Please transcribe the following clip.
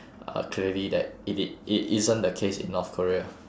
uh clearly that it it it isn't the case in north korea